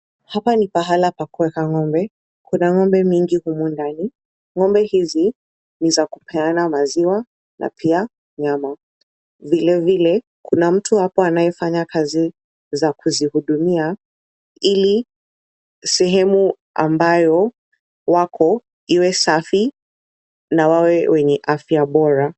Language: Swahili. Hapa ni pahala pa kueka ng'ombe. Kuna ng'ombe mingi humu ndani. Ng'ombe hizi ni za kupeana maziwa na pia nyama. Vile vile kuna mtu hapa anayefanya kazi za kuzihudumia ili sehemu ambayo wako iwe safi na wawe wenye afya bora.